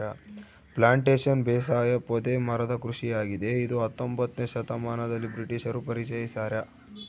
plantation ಬೇಸಾಯ ಪೊದೆ ಮರದ ಕೃಷಿಯಾಗಿದೆ ಇದ ಹತ್ತೊಂಬೊತ್ನೆ ಶತಮಾನದಲ್ಲಿ ಬ್ರಿಟಿಷರು ಪರಿಚಯಿಸ್ಯಾರ